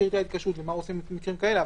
פרטי ההתקשרות ומה עושים במקרים כאלה,